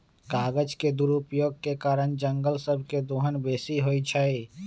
कागज के दुरुपयोग के कारण जङगल सभ के दोहन बेशी होइ छइ